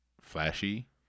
flashy